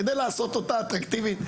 כדי לעשות אותה אטרקטיבית.